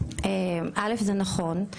זה נכון.